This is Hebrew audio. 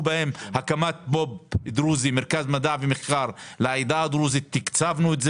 בהם כמו הקמת מרכז מדע ומחקר לעדה הדרוזית אותו תקצבנו,